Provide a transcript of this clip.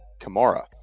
Kamara